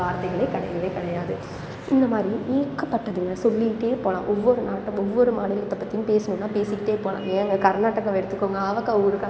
வார்த்தைகளே கிடையவே கிடையாது இந்த மாதிரி ஏகப்பட்டதுங்க சொல்லிட்டே போகலாம் ஒவ்வொரு நாட்டை ஒவ்வொரு மாநிலத்தைப் பற்றியும் பேசணும்ன்னா பேசிக்கிட்டே போகலாங்க ஏன்ங்க கர்நாடகாவை எடுத்துக்கோங்க ஆவக்காய் ஊறுகாய்